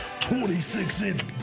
26-inch